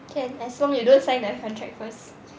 can as long you don't sign the contract first